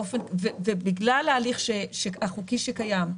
ובגלל ההליך החוקי שקיים,